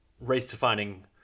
race-defining